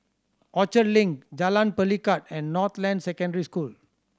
Orchard Link Jalan Pelikat and Northland Secondary School